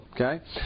okay